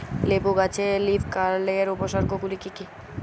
লেবু গাছে লীফকার্লের উপসর্গ গুলি কি কী?